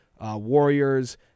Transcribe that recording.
Warriors